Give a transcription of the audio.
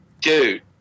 Dude